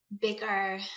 bigger